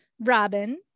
Robin